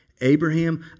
Abraham